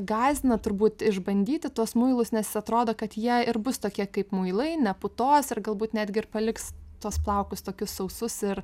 gąsdina turbūt išbandyti tuos muilus nes jis atrodo kad jie ir bus tokie kaip muilai neputos ir galbūt netgi ir paliks tuos plaukus tokius sausus ir